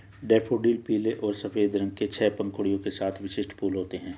daffodil पीले और सफ़ेद रंग के छह पंखुड़ियों के साथ विशिष्ट फूल होते हैं